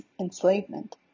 enslavement